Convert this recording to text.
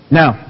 now